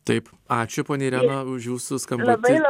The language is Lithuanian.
taip ačiū ponia irena už jūsų skambutį